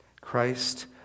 Christ